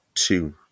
two